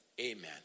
amen